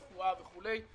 הרפואה וכולי,